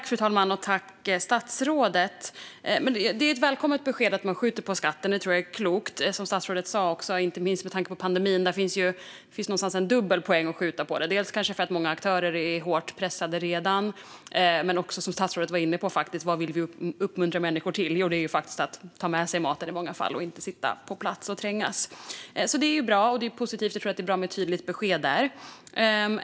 Fru talman! Det är ett välkommet besked att man skjuter på skatten. Det tror jag är klokt inte minst med tanke på pandemin, som statsrådet sa. Det finns någonstans en dubbel poäng med att skjuta på det - dels att många aktörer redan är hårt pressade och dels det som statsrådet var inne på. Vad vill vi uppmuntra människor till? Jo, det är ju i många fall att ta med sig maten och inte sitta på plats och trängas. Det är bra och positivt. Jag tror att det är bra med ett tydligt besked där.